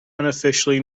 unofficially